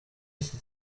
iki